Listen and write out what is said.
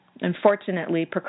Unfortunately